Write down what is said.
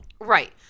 Right